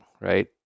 right